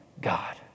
God